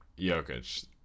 Jokic